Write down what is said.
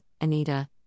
Anita